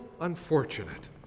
unfortunate